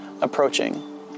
approaching